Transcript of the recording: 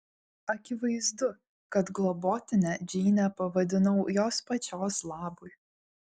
akivaizdu kad globotine džeinę pavadinau jos pačios labui